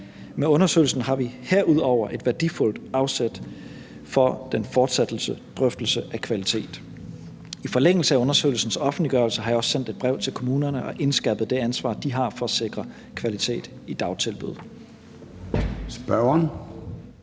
Med undersøgelsen har vi herudover et værdifuldt afsæt for den fortsatte drøftelse af kvalitet. I forlængelse af undersøgelsens offentliggørelse har jeg også sendt et brev til kommunerne og indskærpet det ansvar, de har for at sikre kvalitet i dagtilbud.